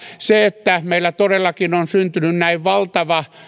se että meillä todellakin on syntynyt näin valtava